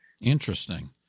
Interesting